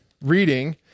reading